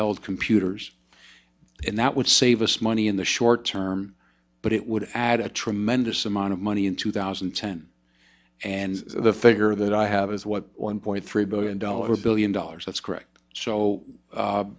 handheld computers and that would save us money in the short term but it would add a tremendous amount of money in two thousand and ten and the figure that i have is what one point three billion dollar billion dollars that's correct so